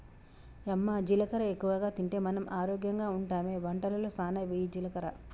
యమ్మ జీలకర్ర ఎక్కువగా తింటే మనం ఆరోగ్యంగా ఉంటామె వంటలలో సానా వెయ్యి జీలకర్ర